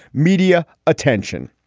media attention.